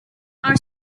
are